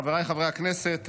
חבריי חברי הכנסת,